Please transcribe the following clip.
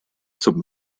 zum